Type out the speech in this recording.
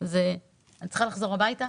אני צריכה לחזור הביתה.